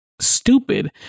stupid